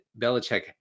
Belichick